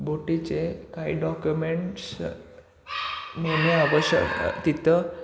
बोटीचे काही डॉक्युमेंट्स नेहमी आवश्यक तिथं